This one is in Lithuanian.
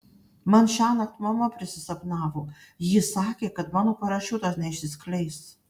man šiąnakt mama prisisapnavo ji sakė kad mano parašiutas neišsiskleis